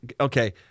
okay